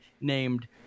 named